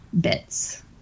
bits